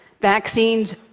Vaccines